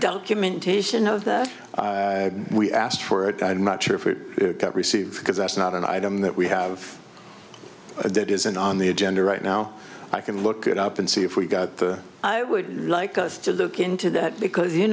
documentation of that we asked for it i'm not sure if it got received because that's not an item that we have a dead isn't on the agenda right now i can look it up and see if we've got the i would like us to look into that because you